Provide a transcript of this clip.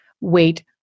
weight